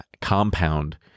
compound